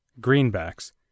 greenbacks